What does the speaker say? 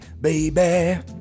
baby